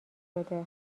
شده